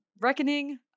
Reckoning